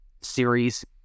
series